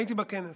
הייתי בכנס,